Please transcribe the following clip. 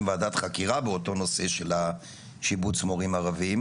וועדת חקירה באותו נושא של השיבוץ מורים ערביים,